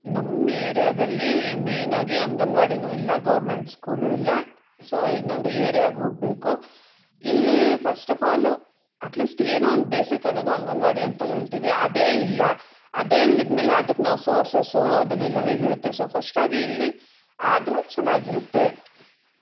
ನಮ್ಮ ಏರ್ಯಾದಲ್ಲಿ ಮೆಯ್ನಾಗಿ ಅಂಗನವಾಡಿನು ಇಲ್ಲ ಗೌರ್ಮೆಂಟ್ ಸ್ಕೂಲೂ ಇಲ್ಲ ಸೊ ಇನ್ನೊಂದು ಏರಿಯಾಗೆ ಹೋಗಬೇಕು ಇಲ್ಲಿ first of all at least ಏನೋ ಒಂದು ಬೇಸಿಕ್ ಅನ್ನೋದು ಅಂಗನವಾಡಿ ಅಂತ ಹೇಳ್ತೀವಿ ಅದೇ ಇಲ್ಲ ಅದೇ ಇಲ್ದಿದ್ಮೇಲೆ ಅದಕ್ಕೆ ನಾವು ಸೋರ್ಸಸ್ಸು ಅದನ್ನೆಲ್ಲ ಹೇಗಿರತ್ತೆ ಸೊ ಫಸ್ಟಾಗಿ ಇಲ್ಲಿ ಆದರೆ ಚೆನ್ನಾಗಿರುತ್ತೆ